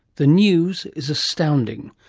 the news is astounding.